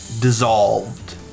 dissolved